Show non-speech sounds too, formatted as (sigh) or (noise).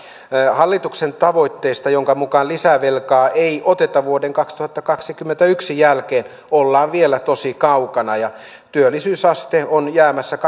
hallituksen tavoitteesta jonka mukaan lisävelkaa ei oteta vuoden kaksituhattakaksikymmentäyksi jälkeen ollaan vielä tosi kaukana ja työllisyysaste on jäämässä (unintelligible)